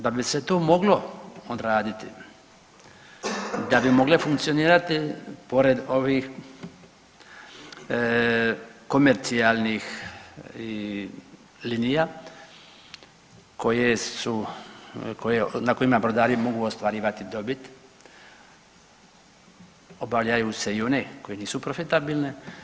Da bi se to moglo odraditi, da bi mogle funkcionirati pored ovih komercijalnih linija koje su, na kojima brodari mogu ostvarivati dobit obavljaju se i one koje nisu profitabilne.